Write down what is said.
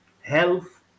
health